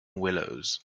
willows